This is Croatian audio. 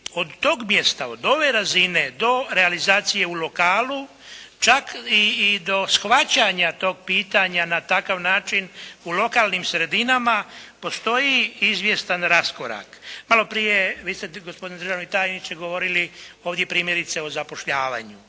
od tog mjesta od ove razine do realizacije u lokalnu, čak i do shvaćanja tog pitanja na takav način u lokalnim sredinama postoji izvjestan raskorak. Malo prije vi ste gospodine državni tajniče govorili ovdje primjerice o zapošljavanju.